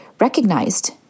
recognized